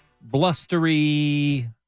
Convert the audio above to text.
blustery